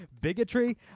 bigotry